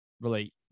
relate